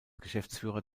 geschäftsführer